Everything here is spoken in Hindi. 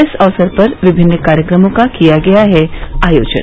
इस अवसर पर विभिन्न कार्यक्रमों का किया गया है आयोजन